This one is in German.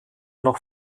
noch